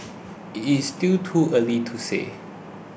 it is still too early to say